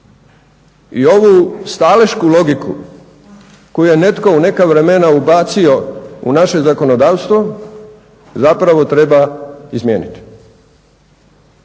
I ovu stalešku logiku koju je netko u neka vremena ubacio u naše zakonodavstvo, zapravo treba izmijeniti.